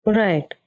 right